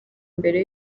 mbere